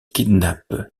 kidnappe